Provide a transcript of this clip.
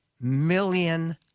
million